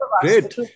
Great